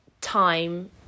time